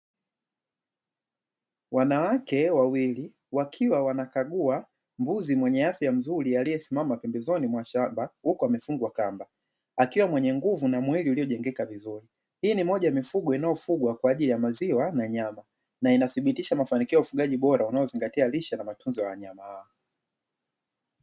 Wanawake wawili wakiwa wanakagua mbuzi mwenye afya mzuri aliyesimama pembezoni mwa shamba huko amefungwa kamba akiwa mwenye nguvu na mwili uliojengeka vizuri hii ni moja ya mifugo inayofugwa kwa ajili ya maziwa na nyama na inathibitisha mafanikio ya ufugaji bora unaozingatia lishe na matunzo ya wanyama wao.